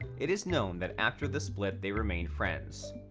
it is known that after the split they remained friends.